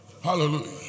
hallelujah